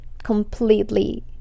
completely